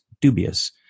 dubious